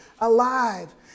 alive